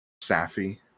Safi